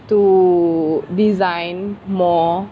to design more